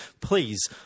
Please